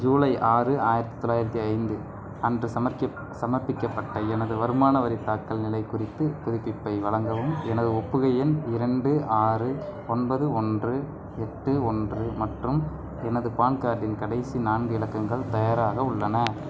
ஜூலை ஆறு ஆயிரத்தி தொள்ளாயிரத்தி ஐந்து அன்று சமர்க்க சமர்ப்பிக்கப்பட்ட எனது வருமான வரி தாக்கல் நிலை குறித்து புதுப்பிப்பை வழங்கவும் எனது ஒப்புகை எண் இரண்டு ஆறு ஒன்பது ஒன்று எட்டு ஒன்று மற்றும் எனது பான் கார்டின் கடைசி நான்கு இலக்கங்கள் தயாராக உள்ளன